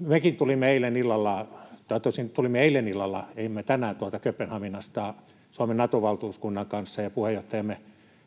Mekin tulimme eilen illalla — tosin tulimme eilen illalla, emme tänään — Kööpenhaminasta Suomen Nato-valtuuskunnan kanssa, ja puheenjohtajamme